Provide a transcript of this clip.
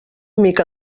mica